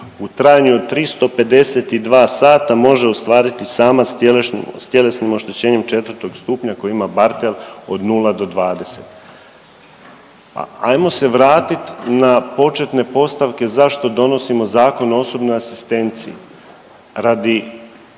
u trajanju od 352 sata može ostvariti samac sa tjelesnim oštećenjem 4. stupnja koji ima Barthel od 0-20. Hajmo se vratiti na početne postavke zašto donosimo Zakon o osobnoj asistenciji radi